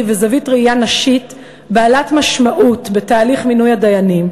וזווית ראייה נשית בעלת משמעות בתהליך מינוי הדיינים,